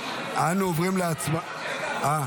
אנו עוברים --- רגע,